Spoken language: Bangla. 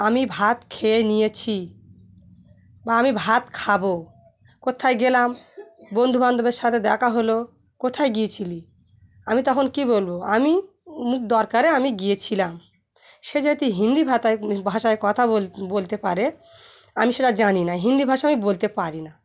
আমি ভাত খেয়ে নিয়েছি বা আমি ভাত খাবো কোথায় গেলাম বন্ধু বান্ধবের সাথে দেখা হলো কোথায় গিয়েছিলি আমি তখন কী বলবো আমি এমনি দরকারে আমি গিয়েছিলাম সে যেহেতু হিন্দি ভাতায় ভাষায় কথা বল বলতে পারে আমি সেটা জানি না হিন্দি ভাষা আমি বলতে পারি না